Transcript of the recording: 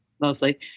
mostly